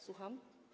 Słucham?